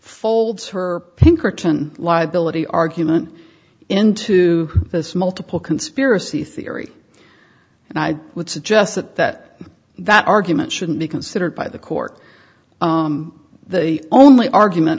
folds her pinkerton liability argument into this multiple conspiracy theory and i would suggest that that that argument shouldn't be considered by the court the only argument